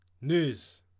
News